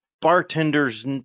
bartender's